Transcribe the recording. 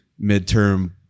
midterm